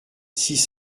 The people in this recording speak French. six